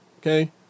Okay